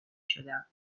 شدم